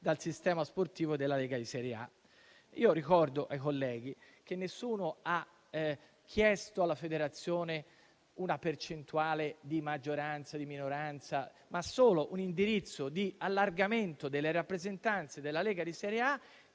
dal sistema sportivo della Lega di Serie A. Ricordo ai colleghi che nessuno ha chiesto alla Federazione una percentuale di maggioranza e di minoranza, ma solo un indirizzo di allargamento delle rappresentanze della Lega di Serie A,